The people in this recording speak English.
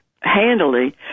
handily